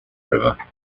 river